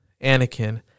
Anakin